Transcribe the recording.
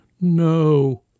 no